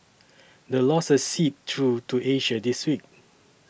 the losses seeped through to Asia this week